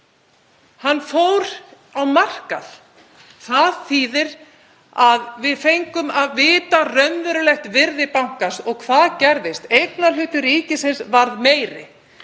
Hann fór á markað. Það þýðir að við fengum að vita raunverulegt virði bankans. Og hvað gerðist? Eignarhlutur ríkisins varð meiri.